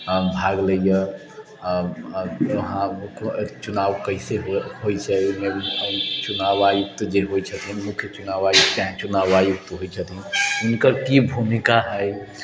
भाग लैया चुनाव कैसे होयत छै ओहिमे चुनाव आयुक्त जे होइत छथिन मुख्य चुनाव आयुक्त चाहे चुनाव आयुक्त होइत छथिन हुनकर की भूमिका है